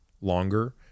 longer